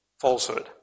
falsehood